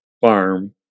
farm